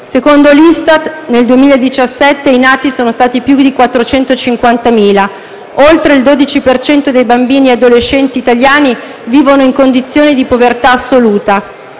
Secondo l'ISTAT, nel 2017 i nati sono stati più di 450.000; oltre il 12 per cento dei bambini e adolescenti italiani vive in condizioni di povertà assoluta;